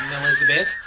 Elizabeth